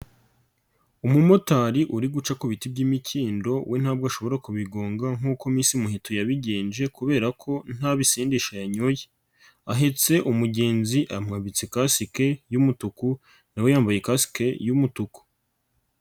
Umumotari uri guca ku biti by'imikindo we ntabwo ashobora kubigonga nk'uko misi Muheto yabigenje kubera ko nta bisindisha yanyoye, ahetse umugenzi amwabitse kasike y'umutuku na we yambaye kasike y'umutuku.